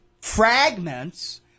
fragments